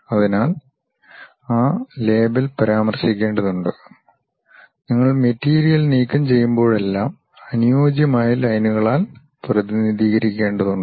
അതിനാൽ ആ ലേബൽ പരാമർശിക്കേണ്ടതുണ്ട് നിങ്ങൾ മെറ്റീരിയൽ നീക്കംചെയ്യുമ്പോഴെല്ലാം അനുയോജ്യമായ ലൈനുകളാൽ പ്രതിനിധീകരിക്കേണ്ടതുണ്ട്